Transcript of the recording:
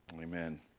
Amen